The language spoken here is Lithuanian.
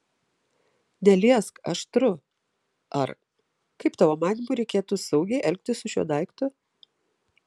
neliesk aštru ar kaip tavo manymu reikėtų saugiai elgtis su šiuo daiktu